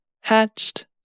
Hatched